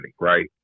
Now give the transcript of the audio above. right